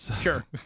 sure